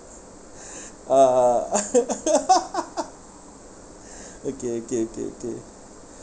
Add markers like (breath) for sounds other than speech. (breath) a'ah (laughs) okay okay okay okay